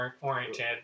oriented